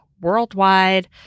worldwide